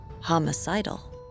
homicidal